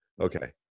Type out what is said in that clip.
okay